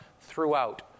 throughout